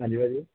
ਹਾਂਜੀ ਭਾਅ ਜੀ